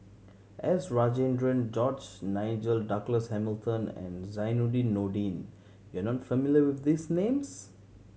S Rajendran George Nigel Douglas Hamilton and Zainudin Nordin you are not familiar with these names